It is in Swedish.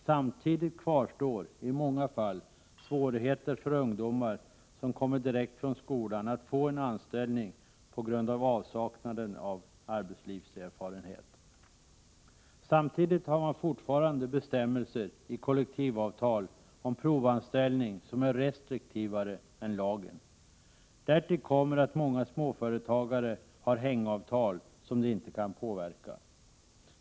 Samtidigt kvarstår i många fall svårigheter att få anställning för ungdomar som kommer direkt från skolan, på grund av avsaknaden av arbetslivserfarenhet. Samtidigt har man fortfarande bestämmelser i kollektivavtal om provanställning som är restriktivare än lagen. Därtill kommer att många småföretagare har hängavtal som de inte kan påverka.